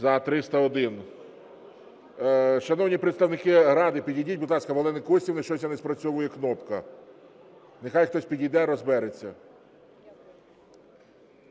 За-301 Шановні представники "Ради", підійдіть, будь ласка, в Олени Костівни щось не спрацьовує кнопка. Нехай хтось підійде, розбереться.